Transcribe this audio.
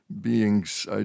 beings